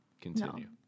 Continue